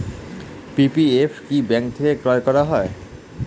PPF কি bank থেকে ক্রয় করা যায়?